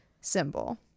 symbol